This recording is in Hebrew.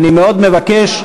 אני מאוד מבקש,